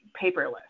paperless